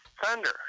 Thunder